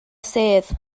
sedd